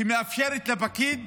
שמאפשרת לפקיד